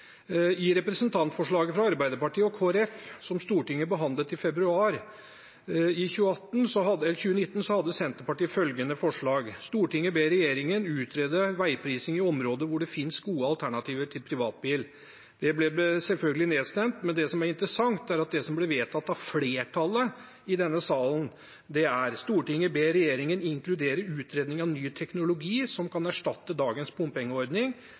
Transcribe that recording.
i. I forbindelse med representantforslaget fra Arbeiderpartiet og Kristelig Folkeparti som Stortinget behandlet i februar 2019, hadde Senterpartiet følgende forslag: «Stortinget ber regjeringen utrede avansert veiprising i områder hvor det finnes gode alternativer til privatbil.» Det ble selvfølgelig nedstemt, men det som er interessant, er at det som ble vedtatt av flertallet i denne salen, var: «Stortinget ber regjeringen inkludere utredning av ny teknologi som kan erstatte dagens bompengeordning,